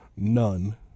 None